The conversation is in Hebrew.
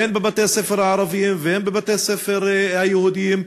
הן בבתי-הספר הערביים והן בבתי-הספר היהודיים,